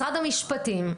משרד המשפטים,